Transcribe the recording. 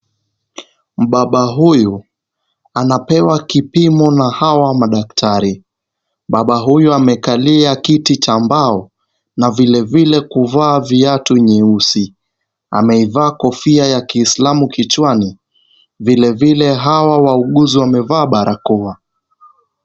Mbaba huyu anapewa kipimo na hawa madaktari. Baba huyu amekalia kiti cha mbao na vilevile kuvaa viatu nyeusi. Amevaa kofia ya kiislamu kichwani, vilivile hawa wauguzi wamevaa barakoa.